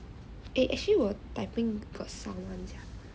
eh actually 我 I think got sound [one] sia